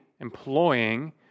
employing